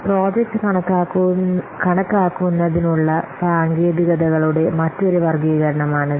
project കണക്കാക്കുന്നതിനുള്ള സാങ്കേതികതകളുടെ മറ്റൊരു വർഗ്ഗീകരണമാണിത്